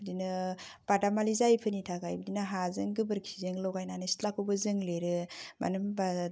बिदिनो बादामालि जायिफोरनि थाखाय बिदिनो हाजों गोबोरखिजों लगायनानै सिथ्लाखौबो जों लिरो मानो होनबा